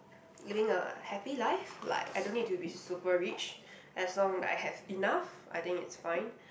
living a happy life like I don't need to be super rich as long I have enough I think it's fine